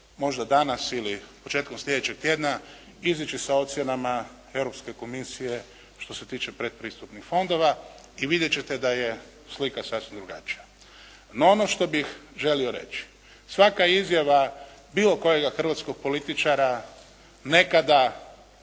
možda danas ili početkom sljedećeg tjedna, izići sa ocjenama Europske komisije što se tiče predpristupnih fondova i vidjet ćete da je slika sasvim drugačija. No, ono što bih želio reći, svaka izjava bilo kojega hrvatskog političara nekada